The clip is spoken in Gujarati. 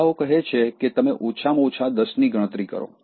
બીજાઓ કહે છે કે તમે ઓછામાં ઓછા ૧૦ ની ગણતરી કરો